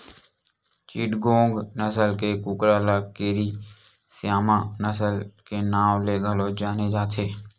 चिटगोंग नसल के कुकरा ल केरी स्यामा नसल के नांव ले घलो जाने जाथे